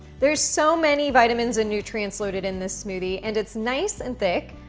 there's so many vitamins and nutrients loaded in this smoothie and it's nice and thick.